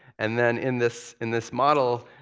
and then in this in this model,